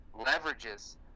leverages